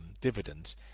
dividends